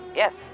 yes